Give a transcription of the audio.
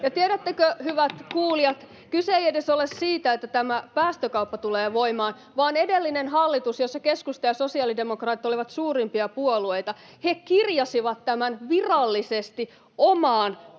tiedättekö, hyvät kuulijat, kyse ei edes ole siitä, että tämä päästökauppa tulee voimaan, vaan edellinen hallitus, jossa keskusta ja sosiaalidemokraatit olivat suurimpia puolueita, kirjasi tämän virallisesti omaan